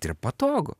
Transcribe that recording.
tai yra patogu